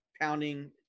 pounding